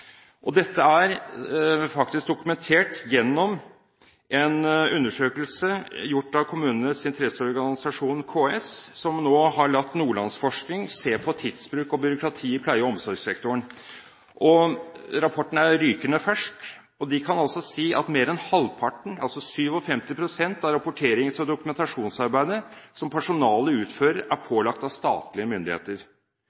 og brukerrettet virksomhet. Dette er faktisk dokumentert gjennom en undersøkelse gjort av Kommunenes interesseorganisasjon, KS, som nå har latt Nordlandsforskning se på tidsbruk og byråkrati i pleie- og omsorgssektoren. Rapporten er rykende fersk, og de kan altså si: «Mer enn halvparten av rapporterings- og dokumentasjonsarbeidet som personalet utfører, er